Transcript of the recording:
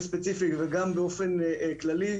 וגם באופן כללי.